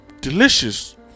delicious